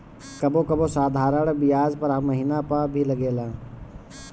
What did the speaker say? कबो कबो साधारण बियाज हर महिना पअ भी लागेला